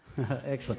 Excellent